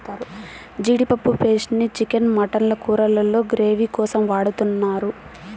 జీడిపప్పు పేస్ట్ ని chicken, mutton కూరల్లో గ్రేవీ కోసం వాడుతున్నారు